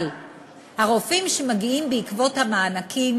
אבל הרופאים שמגיעים בעקבות המענקים